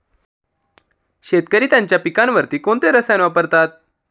शेतकरी त्यांच्या पिकांवर कोणती रसायने वापरतात?